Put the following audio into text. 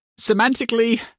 semantically